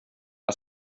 där